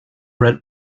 red